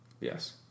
Yes